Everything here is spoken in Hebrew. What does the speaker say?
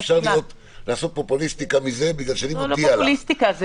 אפשר לעשות מזה פופוליסטיקה --- לא פופוליסטיקה,